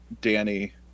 Danny